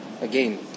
again